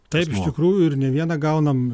taip iš tikrųjų ir ne vieną gaunam